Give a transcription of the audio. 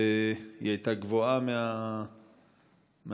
והיא הייתה גבוהה מהמקובל.